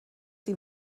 sie